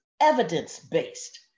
evidence-based